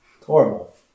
Horrible